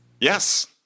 Yes